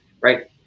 right